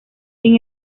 sin